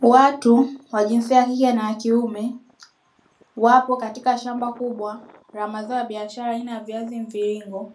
Watu wa jinsia ya kike na kiume, wapo katika shamba kubwa la mazao ya biashara aina ya viazi mviringo,